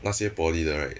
那些 poly 的 right